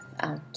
out